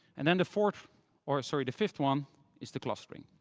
and then the fourth or, sorry the fifth one is the clustering.